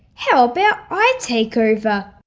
how about i take over?